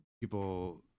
people